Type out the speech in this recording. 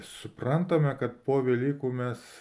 suprantame kad po velykų mes